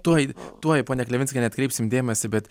tuoj tuoj ponia klevinskiene atkreipsim dėmesį bet